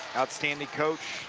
outstanding coach.